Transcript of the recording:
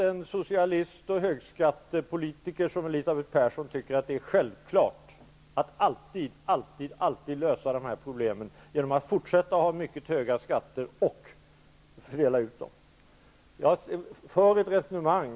En socialist och högskattepolitiker som Elisabeth Persson tycker naturligtvis att det är självklart att alltid, alltid, alltid lösa de här problemen genom att fortsätta med mycket höga skatter och genom att fördela skattepengarna.